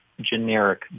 generic